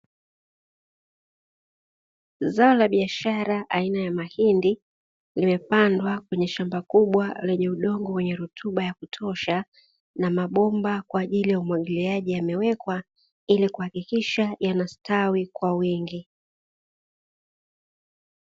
Zao la biashara aina ya mahindi limepandwa kwenye shamba kubwa lenye udongo wenye rutuba, yakutosha na mabomba kwa ajili ya umwagiliaji yamewekwa ili kuhakikisha yanastawi kwa wingi.